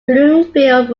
bloomfield